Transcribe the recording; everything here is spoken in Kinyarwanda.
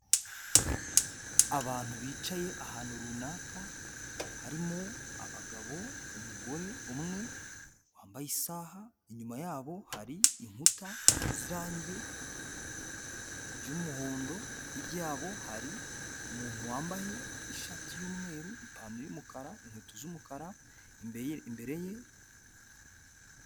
Abantu bicaye ahantu runaka, harimo abagabo, umugore umwe wambaye isaha, inyuma yabo hari inkuta z'irange ryumuhondo, hirya yabo hari umuntu wambaye ishati y'umweru, ipantaro y'umukara, inkweto z'umukara imbere ye.